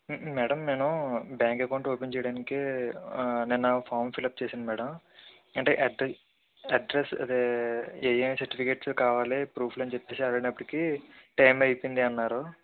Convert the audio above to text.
madam నేను bank account open చేయడానికి నిన్న ఒక ఫామ్ ఫిలప్ చేసాను మేడం అంటే అడ్రెస్ అదే ఏ ఏ సర్టిఫికెట్స్ కావలి ప్రూఫ్ అని చెప్పేసి అడిగినప్పటికీ టైమ్ అయిపోయింది అన్నారు